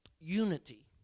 unity